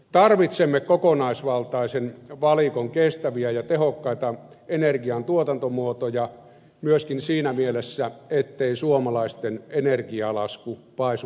tarvitsemme kokonaisvaltaisen valikon kestäviä ja tehokkaita energian tuotantomuotoja myöskin siinä mielessä ettei suomalaisten energialasku paisu kohtuuttomaksi